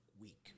week